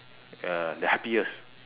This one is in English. uh the happiest